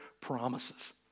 promises